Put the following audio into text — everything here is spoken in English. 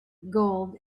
gold